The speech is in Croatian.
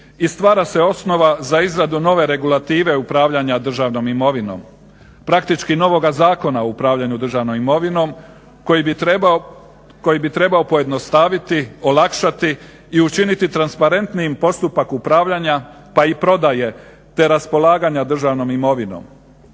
stvara se osnova za izradu nove regulative upravljanja državnom imovinom. Praktički novoga Zakona o upravljanu državnom imovinom koji bi trebao pojednostaviti, olakšati i učiniti transparentnijim postupak upravljanja pa i prodaje te raspolaganja državnom imovinom.